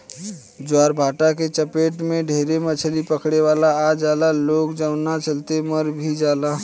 ज्वारभाटा के चपेट में ढेरे मछली पकड़े वाला आ जाला लोग जवना चलते मार भी जाले